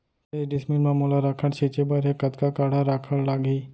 चालीस डिसमिल म मोला राखड़ छिंचे बर हे कतका काठा राखड़ लागही?